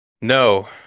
No